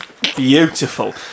Beautiful